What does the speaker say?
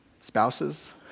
spouses